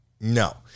No